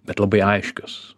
bet labai aiškios